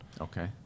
Okay